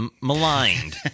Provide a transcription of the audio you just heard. maligned